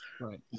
Right